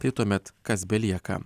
tai tuomet kas belieka